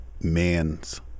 man's